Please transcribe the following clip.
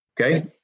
Okay